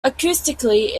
acoustically